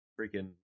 freaking